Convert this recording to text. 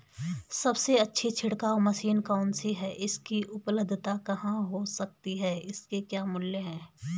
सबसे अच्छी छिड़काव मशीन कौन सी है इसकी उपलधता कहाँ हो सकती है इसके क्या मूल्य हैं?